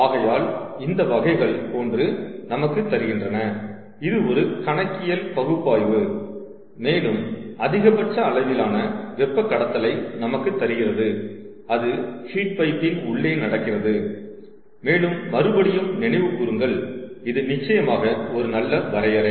ஆகையால் இந்த வகைகள் போன்று நமக்கு தருகின்றன இது ஒரு கணக்கியல் பகுப்பாய்வு மேலும் அதிகபட்ச அளவிலான வெப்ப கடத்தலை நமக்குத் தருகிறது அது ஹீட் பைப்பின் உள்ளே நடக்கிறது மேலும் மறுபடியும் நினைவு கூறுங்கள் இது நிச்சயமாக ஒரு நல்ல வரையறை